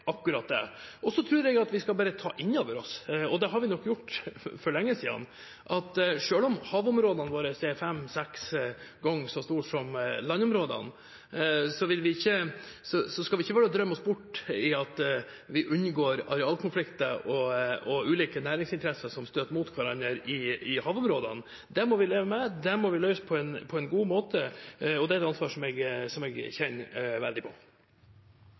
Jeg tror at vi bare skal ta inn over oss, og det har vi nok gjort for lenge siden, at selv om havområdene våre er fem–seks ganger så store som landområdene, skal vi ikke drømme oss bort og tenke at vi unngår arealkonflikter og ulike næringsinteresser som støter mot hverandre i havområdene. Det må vi leve med. Det må vi løse på en på en god måte, og det er et ansvar som jeg kjenner veldig på.